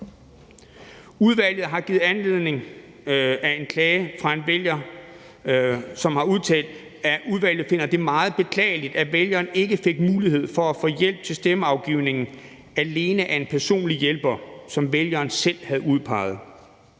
Udvalget har i anledning af en klage fra en vælger udtalt, at udvalget finder det meget beklageligt, at vælgeren ikke fik mulighed for at få hjælp til stemmeafgivningen alene af en personlig hjælper, som vælgeren selv havde udpeget.